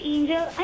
Angel